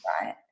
Right